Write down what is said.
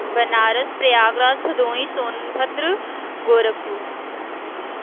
Banaras Prayagraj Bhadohi Sonbhadra Gorakhpur